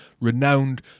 renowned